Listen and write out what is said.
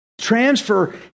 transfer